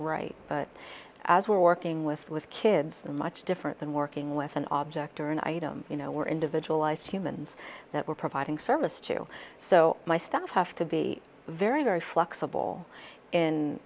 right but as we're working with with kids the much different than working with an object or an item you know we're individualized humans that we're providing service to so my staff have to be very very flexible